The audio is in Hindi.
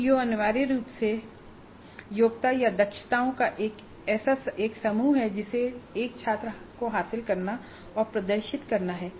सीओ अनिवार्य रूप से योग्यता या दक्षताओं का एक समूह है जिसे एक छात्र को हासिल करना और प्रदर्शित करना है